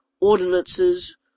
ordinances